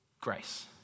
Grace